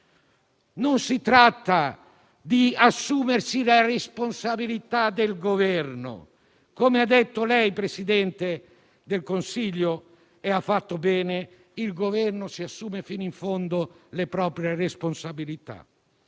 Non si tratta di assumersi la responsabilità del Governo. Come ha detto il Presidente del Consiglio, giustamente, il Governo si assume fino in fondo le proprie responsabilità.